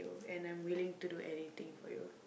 and I'm willing to do anything for you